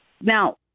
Now